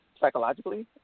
psychologically